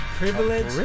privilege